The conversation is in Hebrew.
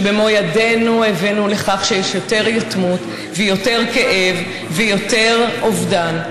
כשבמו ידינו הבאנו לכך שיש יותר יתמות ויותר כאב ויותר אובדן,